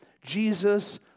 Jesus